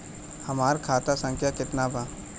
हमार खाता संख्या केतना बा?